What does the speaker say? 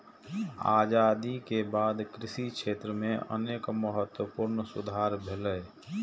आजादी के बाद कृषि क्षेत्र मे अनेक महत्वपूर्ण सुधार भेलैए